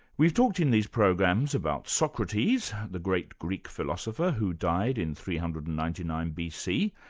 we've talked in these programs about socrates, the great greek philosopher who died in three hundred and ninety nine bc,